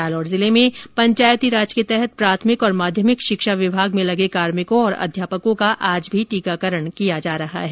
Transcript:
जालौर जिले में पंचायती राज के तहत प्राथमिक और माध्यमिक शिक्षा विभाग में लगे कार्मिकों और अध्यापकों का आज भी टीकाकरण किया जा रहा है